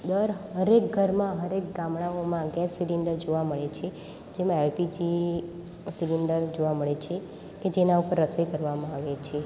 દર હરેક ઘરમાં હરેક ગામડાઓમાં ગેસ સિલિન્ડર જોવા મળે છે જેમાં એલપીજી સિલિન્ડર જોવા મળે છે કે જેના પર રસોઈ કરવામાં આવે છે